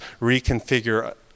reconfigure